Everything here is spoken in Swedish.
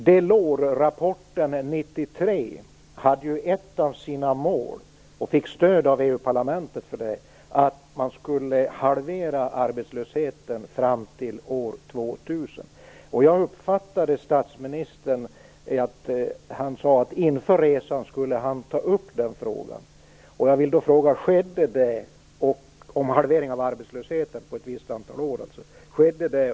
Delorsrapporten 93 hade som ett av sina mål att arbetslösheten skulle halveras fram till år 2000. Man fick stöd av EU-parlamentet för det. Jag uppfattade att statsministern sade att han skulle ta upp frågan om halvering av arbetslösheten på ett visst antal år inför resan. Skedde det?